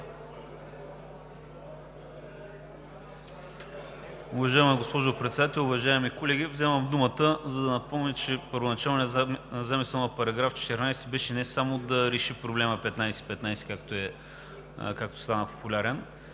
Уважаема госпожо Председател, уважаеми колеги! Вземам думата, за да напомня, че първоначалният замисъл на § 14 беше не само да реши проблема 15/15, както стана популярен,